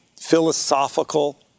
philosophical